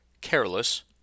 careless